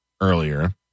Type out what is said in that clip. earlier